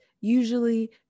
usually